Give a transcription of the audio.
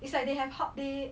it's like they have hard day